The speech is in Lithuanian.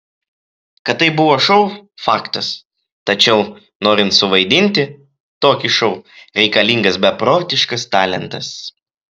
kad tai buvo šou faktas tačiau norint suvaidinti tokį šou reikalingas beprotiškas talentas